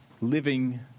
Living